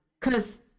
Cause